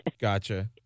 Gotcha